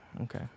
Okay